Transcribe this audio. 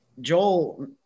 Joel